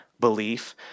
belief